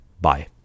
Bye